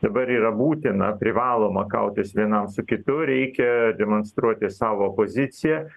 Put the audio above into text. dabar yra būtina privaloma kautis vienam su kitu reikia demonstruoti savo poziciją